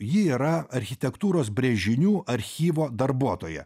ji yra architektūros brėžinių archyvo darbuotoja